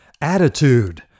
attitude